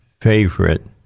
favorite